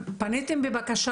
LOW-DOSE CT